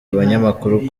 abanyamakuru